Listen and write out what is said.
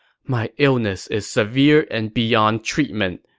my illness is severe and beyond treatment.